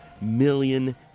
million